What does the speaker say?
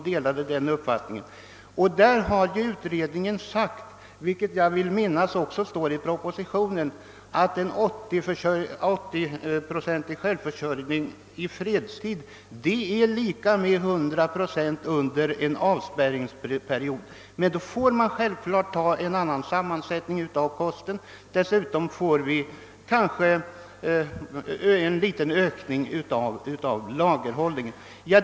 På den punkten har utredningen sagt — jag vill minnas att det också står i propositionen — att en 80-procentig försörjning i fredstid är lika med 100 procent under en avspärrningsperiod. Då får man emellertid självfallet ge kosten en annan sammansättning och dessutom kanske öka lagerhållningen något.